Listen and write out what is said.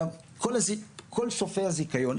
וגם כל סופי הזיכיון,